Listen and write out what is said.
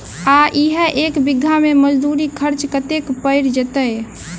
आ इहा एक बीघा मे मजदूरी खर्च कतेक पएर जेतय?